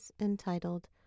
entitled